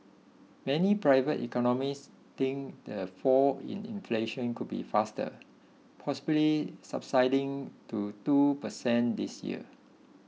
many private economists think the fall in inflation could be faster possibly subsiding to two percent this year